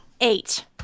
Eight